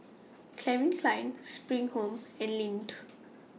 Calvin Klein SPRING Home and Lindt